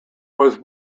was